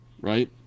right